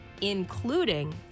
including